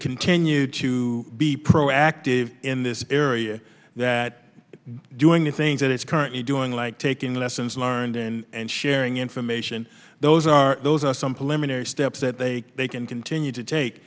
continue to be proactive in this area that doing the things that it's currently doing like taking lessons learned and sharing information those are those are some polemic steps that they they can continue to take